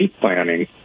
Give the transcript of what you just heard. planning